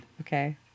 Okay